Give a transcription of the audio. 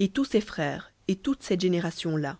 et tous ses frères et toute cette génération là